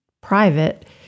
private